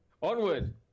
Onward